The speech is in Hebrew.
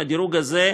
והדירוג הזה,